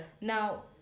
Now